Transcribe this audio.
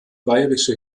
bayerische